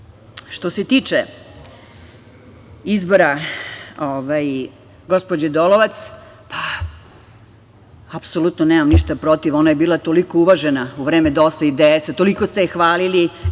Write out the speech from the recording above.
se tiče izbora gospođe Dolovac, pa apsolutno nemam ništa protiv. Ona je bila toliko uvažena u vreme DOS-a i DS-a, toliko ste je hvalili.